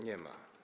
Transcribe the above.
Nie ma.